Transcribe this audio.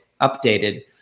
updated